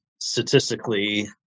statistically